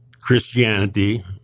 Christianity